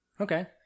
okay